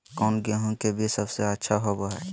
कौन गेंहू के बीज सबेसे अच्छा होबो हाय?